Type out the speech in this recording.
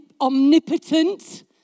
omnipotent